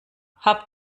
habt